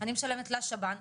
אני משלמת לשב"ן,